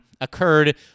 occurred